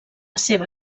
seva